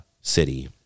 city